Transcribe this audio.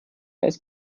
als